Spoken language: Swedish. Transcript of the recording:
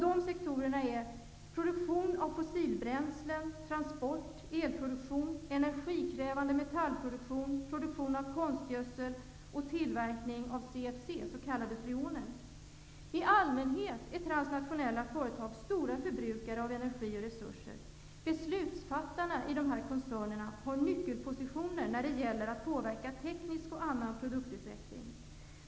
De sektorerna är produktion av fossilbränslen, transport, elproduktion, energikrävande metallproduktion, produktion av konstgödsel och tillverkning av CFC, s.k. freoner. I allmänhet är transnationella företag stora förbrukare av energi och resurser. Beslutsfattarna i de här koncernerna har nyckelpositioner när det gäller att påverka teknisk och annan produktutveckling.